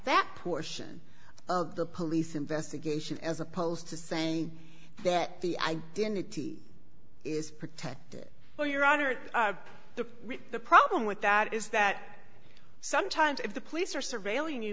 that portion of the police investigation as opposed to saying that the identity is protected well your honor the the problem with that is that sometimes if the police are surveilling you